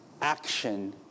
Action